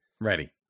Ready